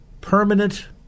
permanent